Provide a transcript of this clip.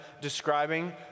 describing